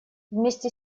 вместе